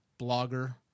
blogger